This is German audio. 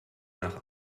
nach